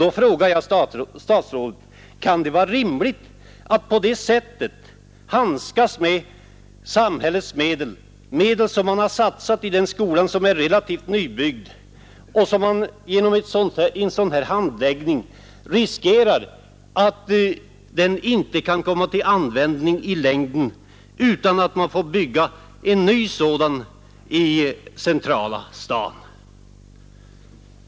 Då frågar jag statsrådet: Kan det vara rimligt att på detta sätt handskas med samhällets medel, medel som satsats på denna skola som är relativt nybyggd? Genom en sådan här handläggning riskerar man att skolan inte kan användas utan man får bygga en ny skola i centrala staden.